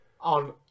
on